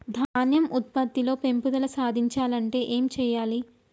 ధాన్యం ఉత్పత్తి లో పెంపుదల సాధించాలి అంటే ఏం చెయ్యాలి?